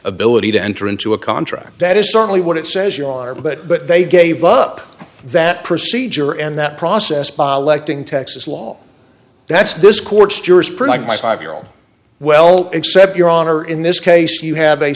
ability to enter into a contract that is certainly what it says you are but but they gave up that procedure and that process by electing texas law that's this court's jurisprudence my five year old well except your honor in this case you have a